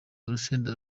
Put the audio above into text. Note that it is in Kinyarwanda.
urusenda